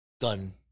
gun